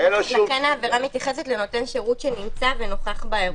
ולכן העבירה מתייחסת לנותן שירות שנוכח ונמצא באירוע.